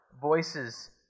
voices